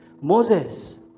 Moses